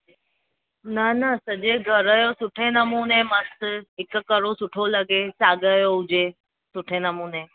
न न सॼे घर जो सुठे नमूने मस्तु हिकु करो सुठो लॻे साॻ यो हुजे सुठे नमूने